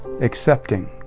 Accepting